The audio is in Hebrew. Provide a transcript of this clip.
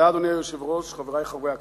אדוני היושב-ראש, תודה, חברי חברי הכנסת,